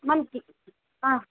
மன்ச்சி ஆ